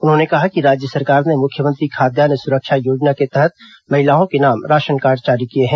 उन्होंने कहा कि राज्य सरकार ने मुख्यमंत्री खाद्यान्न सुरक्षा योजना के तहत महिलाओं के नाम राशन कार्ड जारी किए हैं